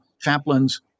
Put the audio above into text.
chaplains